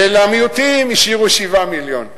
ולמיעוטים השאירו 7 מיליון.